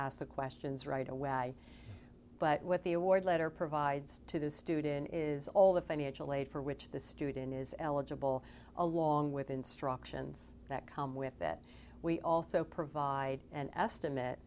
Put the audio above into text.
ask the questions right away but what the award letter provides to the student is all the financial aid for which the student is eligible along with instructions that come with that we also provide an estimate